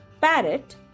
Parrot